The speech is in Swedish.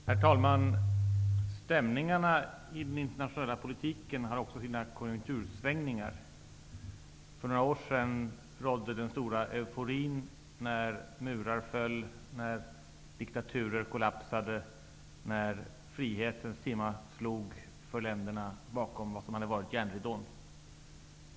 Herr talman! Stämningarna i den internationella politiken har också sina konjunktursvängningar. För några år sedan rådde den stora euforin när murar föll, diktaturer kollapsade och frihetens timma slog för länderna bakom det som varit järnridån.